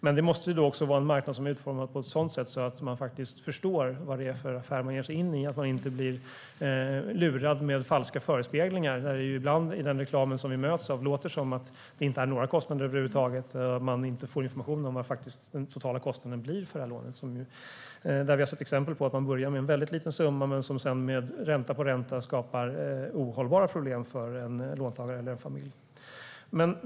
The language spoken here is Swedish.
Men det måste då vara en marknad som är utformad på ett sådant sätt att man faktiskt förstår vad det är för affär man ger sig in i, så att man inte blir lurad av falska förespeglingar. I den reklam som vi möts av låter det ibland som att det inte är några kostnader över huvud taget. Man får inte information om vad den totala kostnaden blir för lånet. Vi har sett exempel på att man börjar med en väldigt liten summa. Men med ränta på ränta skapas det ohållbara problem för en låntagare eller en familj.